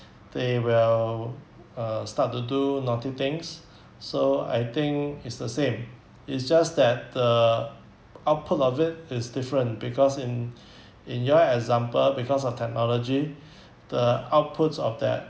they will uh start to do naughty things so I think it's the same it's just that the output of it is different because in in your example because of technology the outputs of that